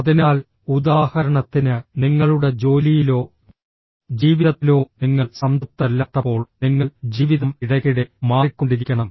അതിനാൽ ഉദാഹരണത്തിന് നിങ്ങളുടെ ജോലിയിലോ ജീവിതത്തിലോ നിങ്ങൾ സംതൃപ്തരല്ലാത്തപ്പോൾ നിങ്ങൾ ജീവിതം ഇടയ്ക്കിടെ മാറിക്കൊണ്ടിരിക്കണം